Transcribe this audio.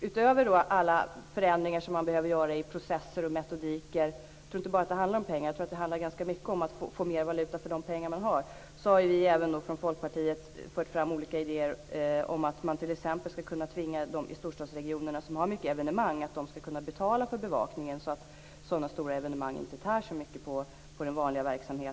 Utöver alla förändringar som man behöver göra i processer och metodiker - jag tror inte att det bara handlar om pengar, utan ganska mycket om att få mer valuta för de pengar man har - har vi från Folkpartiet även fört fram olika idéer om att man t.ex. skall kunna tvinga storstadsregionerna, som har många evenemang, att betala för bevakningen, så att sådana stora evenemang inte tär så mycket på den vanliga verksamheten.